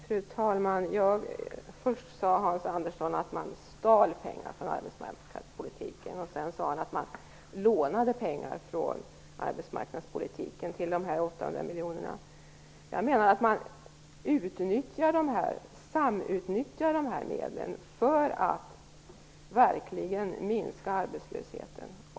Fru talman! Först sade Hans Andersson att man stal pengar från arbetsmarknadspolitiken, sedan sade han att man lånade pengar från arbetsmarknadspolitiken till dessa 800 miljoner. Jag menar att man samutnyttjar dessa medel för att verkligen minska arbetslösheten.